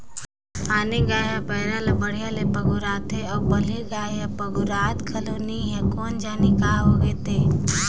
आने गाय मन पैरा ला बड़िहा ले पगुराथे अउ बलही गाय हर पगुरात घलो नई हे कोन जनिक काय होय गे ते